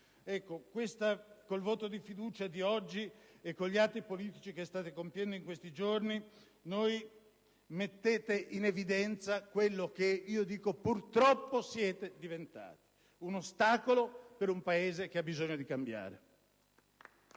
Con il voto di fiducia di oggi e con gli atti politici che state compiendo in questi giorni voi mettete in evidenza quello che, io dico purtroppo, siete diventati: un ostacolo per un Paese che ha bisogno di cambiare*.